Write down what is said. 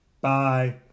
Bye